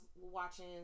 watching